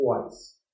twice